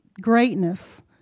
greatness